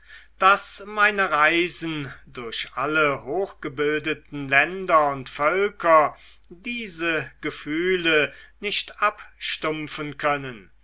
daß meine reisen durch alle hochgebildeten länder und völker diese gefühle nicht abstumpfen können